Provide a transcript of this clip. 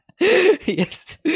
Yes